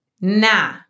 Nah